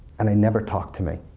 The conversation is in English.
and they never talk to me,